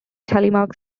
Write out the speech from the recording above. telemark